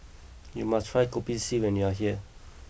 you must try Kopi C when you are here